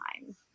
time